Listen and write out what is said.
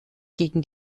gegen